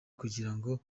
kugirango